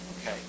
Okay